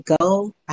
go